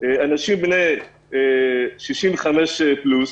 אנשים בני 65 ומעלה.